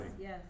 Yes